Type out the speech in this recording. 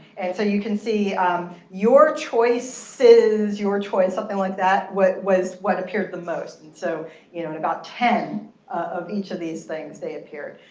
and so you can see your choices, your choice, something like that was what appeared the most. and so you know about ten of each of these things they appeared.